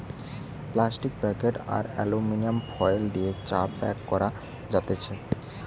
plastic packet আর aluminium foil দিয়ে চা প্যাক করা যাতেছে